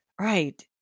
right